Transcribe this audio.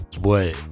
boy